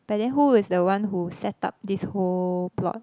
but then who was the one who set up this whole plot